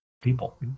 People